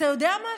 אתה יודע מה,